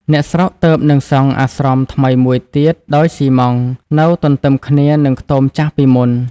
អ្នកស្រុកទើបនឹងសង់អាស្រមថ្មីមួយ ទៀតដោយស៊ីម៉ងត៍ នៅទន្ទឹមគ្នានឹងខ្ទមចាស់ពីមុន ។